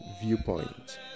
viewpoint